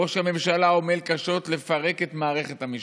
ראש הממשלה עמל קשות לפרק את מערכת המשפט.